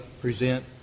present